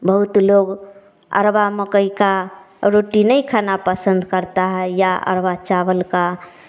बहुत लोग अरवा मकई का रोटी नहीं खाना पसंद करता है या अरवा चावल का